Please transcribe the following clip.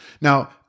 Now